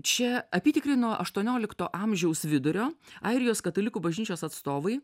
čia apytikriai nuo aštuoniolikto amžiaus vidurio airijos katalikų bažnyčios atstovai